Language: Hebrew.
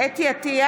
חוה אתי עטייה,